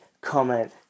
comment